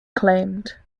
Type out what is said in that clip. claimed